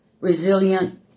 resilient